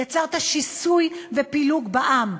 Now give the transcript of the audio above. יצרת שיסוי ופילוג בעם.